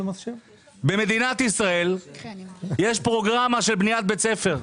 במדינת ישראל יש פרוגרמה של בניית בית ספר.